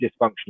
dysfunctional